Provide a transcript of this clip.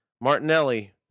Martinelli